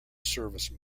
service